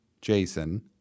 Jason